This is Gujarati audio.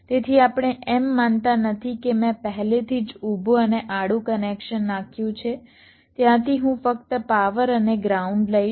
તેથી આપણે એમ નથી માનતા કે મેં પહેલેથી જ ઊભું અને આડું કનેક્શન નાખ્યું છે ત્યાંથી હું ફક્ત પાવર અને ગ્રાઉન્ડ લઈશ